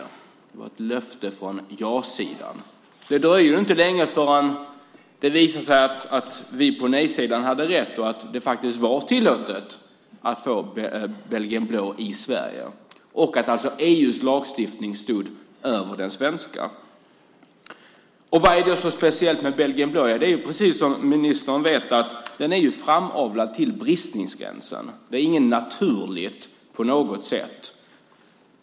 Det var ett löfte från ja-sidan. Det dröjde inte länge förrän det visade sig att vi på nej-sidan hade rätt och att det faktiskt var tillåtet att få in belgisk blå i Sverige och att EU:s lagstiftning alltså stod över den svenska. Vad är då så speciellt med belgisk blå? Jo, det är, precis som ministern vet, att den är framavlad till bristningsgränsen. Det är inget naturligt på något sätt.